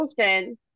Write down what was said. Ocean